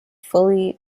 fully